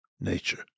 nature